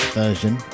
version